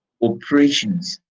operations